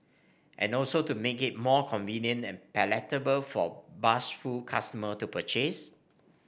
and also to make it more convenient and palatable for bashful customer to purchase